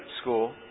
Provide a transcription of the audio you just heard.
school